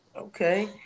okay